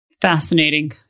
Fascinating